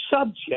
subject